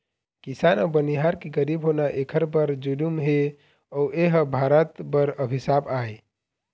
किसान अउ बनिहार के गरीब होना एखर बर जुलुम हे अउ एह भारत बर अभिसाप आय